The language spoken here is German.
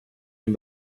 den